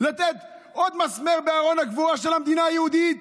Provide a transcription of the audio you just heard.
לתת עוד מסמר בארון הקבורה של המדינה היהודית?